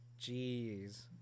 Jeez